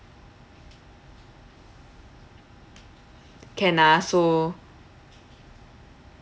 can ah so